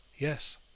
Yes